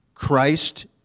Christ